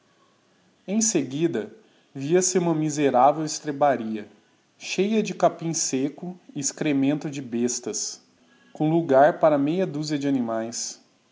em seguida via-se uma miserável estrebaria cheia de capim secco e excremento de bestas com logar para meia dúzia de animaes